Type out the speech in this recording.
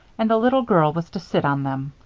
and the little girl was to sit on them.